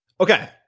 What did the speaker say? Okay